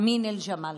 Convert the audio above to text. אמין אל-ג'מאל.